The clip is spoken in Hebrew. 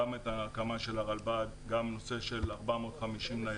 גם את ההקמה של הרלב"ד, גם נושא של 450 ניידות,